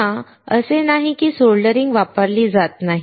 पुन्हा असे नाही की सोल्डरिंग वापरली जात नाही